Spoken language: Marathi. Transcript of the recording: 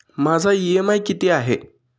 माझा इ.एम.आय किती आहे?